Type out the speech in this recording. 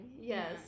Yes